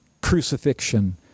crucifixion